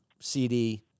CD